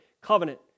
covenant